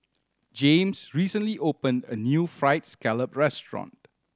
James recently opened a new Fried Scallop restaurant